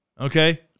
okay